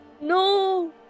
No